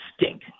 stink